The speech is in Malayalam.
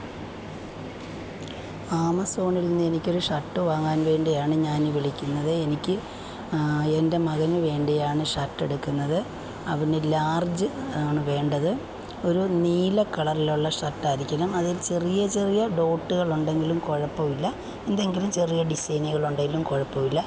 ആമസോണിൽ നിന്ന് എനിക്കൊരു ഷർട്ട് വാങ്ങാൻ വേണ്ടിയാണ് ഞാൻ ഈ വിളിക്കുന്നത് എനിക്ക് എൻ്റെ മകന് വേണ്ടിയാണ് ഷർട്ട് എടുക്കുന്നത് അവന് ലാർജ് ആണ് വേണ്ടത് ഒരു നീല കളറിലുള്ള ഷർട്ട് ആരിക്കണം അതില് ചെറിയ ചെറിയ ഡോട്ടുകൾ ഉണ്ടെങ്കിലും കുഴപ്പമില്ല എന്തെങ്കിലും ചെറിയ ഡിസൈനുകള് ഉണ്ടെലും കുഴപ്പമില്ല